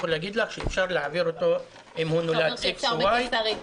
יכול להגיד לך שאפשר להעביר אותו אם הוא נולד X או Y,